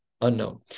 Unknown